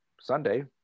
Sunday